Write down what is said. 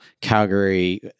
Calgary